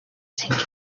thinking